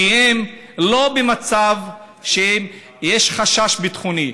כי הם לא במצב שיש חשש ביטחוני.